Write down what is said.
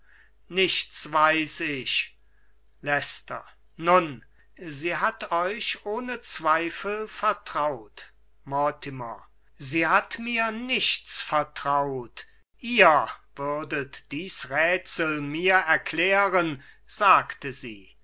nichts weiß ich leicester nun sie hat euch ohne zweifel vertraut mortimer sie hat mir nichts vertraut ihr würdet dies rätsel mir erklären sagte sie